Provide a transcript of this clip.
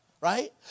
right